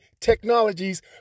technologies